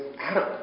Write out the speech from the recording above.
Adam